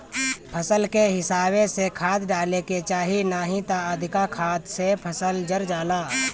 फसल के हिसाबे से खाद डाले के चाही नाही त अधिका खाद से फसल जर जाला